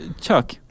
Chuck